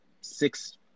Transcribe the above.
six